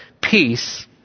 Peace